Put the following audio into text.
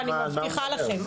אני מבטיחה לכם.